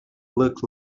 looked